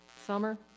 summer